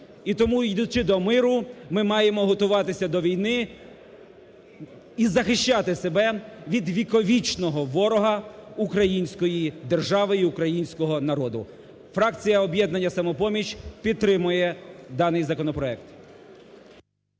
І тому, йдучи до миру, ми маємо готуватися до війни і захищати себе від віковічного ворога Української держави і українського народу. Фракція "Об'єднання "Самопоміч" підтримує даний законопроект.